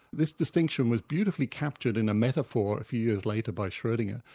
this distinction was beautifully captured in a metaphor a few years later, by schrodinger.